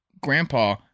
Grandpa